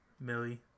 Millie